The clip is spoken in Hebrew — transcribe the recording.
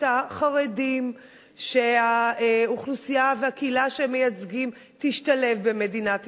החרדים שהאוכלוסייה והקהילה שהם מייצגים תשתלב במדינת ישראל.